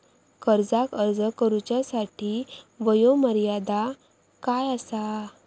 कर्जाक अर्ज करुच्यासाठी वयोमर्यादा काय आसा?